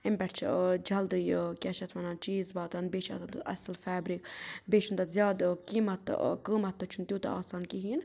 اَمہِ پٮ۪ٹھ چھِ ٲں جلدی ٲں کیٛاہ چھِ اَتھ وَنان چیٖز واتان بیٚیہِ چھِ اصٕل فیبرِک بیٚیہِ چھُنہٕ تَتھ زیادٕ قۭمَتھ ٲں قۭمَتھ تہِ چھُنہٕ تیٛوتاہ آسان کِہیٖنۍ